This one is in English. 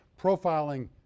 profiling